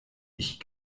ich